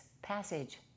passage